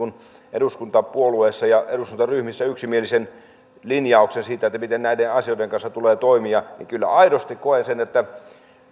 eduskuntapuolueissa ja eduskuntaryhmissä yksimielisen linjauksen siitä miten näiden asioiden kanssa tulee toimia kyllä aidosti koen sen että